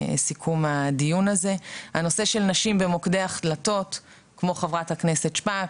תספורת שיער קצר נשים מול תספורת שיער קצר גברים,